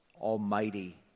Almighty